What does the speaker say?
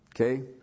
Okay